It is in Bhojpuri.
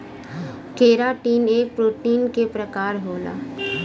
केराटिन एक प्रोटीन क प्रकार होला